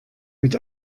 mit